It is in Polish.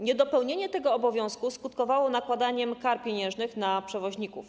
Niedopełnienie tego obowiązku skutkowało nakładaniem kar pieniężnych na przewoźników.